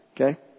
Okay